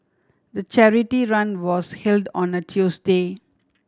the charity run was held on a Tuesday